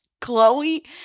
Chloe